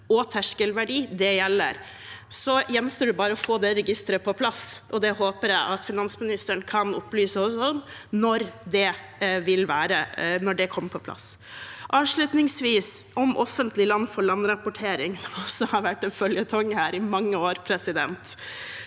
og terskelverdi, de gjelder. Så gjenstår det bare å få det registeret på plass, og jeg håper at finansministeren kan opplyse oss om når det kommer på plass. Avslutningsvis om offentlig land-for-land-rapportering, som også har vært en føljetong her i mange år: Vi